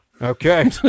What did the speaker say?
Okay